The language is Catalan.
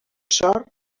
sort